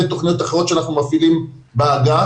תוכניות אחרות שאנחנו מפעילים באהבה.